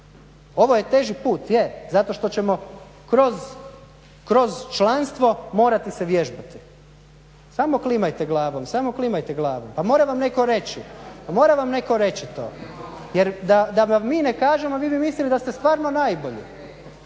Ovo je teži put, je, zato što ćemo kroz članstvo morati se vježbati. Samo klimajte glavom, samo klimajte glavom, pa mora vam netko reći, mora vam netko reći to. Jer da vam mi ne kažemo vi bi mislili da ste stvarno najbolji.